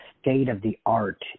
state-of-the-art